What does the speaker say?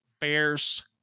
Bears